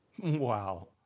Wow